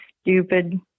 stupid